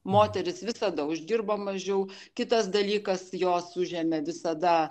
moterys visada uždirbo mažiau kitas dalykas jos užėmė visada